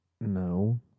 no